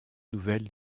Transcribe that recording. nouvelles